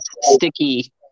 sticky